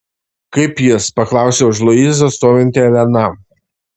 kaip jis paklausė už luizos stovinti elena